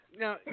Now